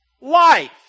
life